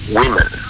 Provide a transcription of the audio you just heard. women